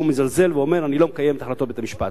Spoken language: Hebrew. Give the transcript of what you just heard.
מזלזל ואומר: אני לא מקיים את החלטות בית-המשפט.